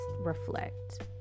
reflect